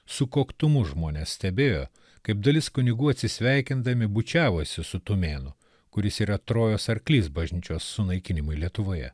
su koktumu žmonės stebėjo kaip dalis kunigų atsisveikindami bučiavosi su tumėnu kuris yra trojos arklys bažnyčios sunaikinimui lietuvoje